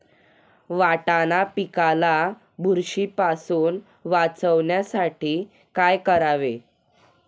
वाटाणा पिकाला बुरशीपासून वाचवण्यासाठी काय करावे?